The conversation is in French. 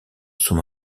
sous